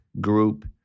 group